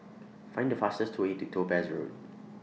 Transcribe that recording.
Find The fastest Way to Topaz Road